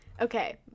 okay